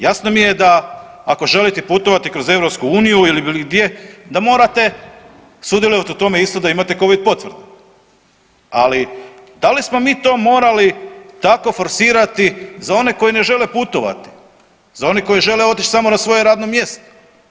Jasno mi je da ako želite putovati kroz EU ili gdje da morate sudjelovati u tome isto da imate Covid potvrdu, ali da li smo mi to morali tako forsirati za one koji ne žele putovati, za one koji žele otići na svoje radno mjesto.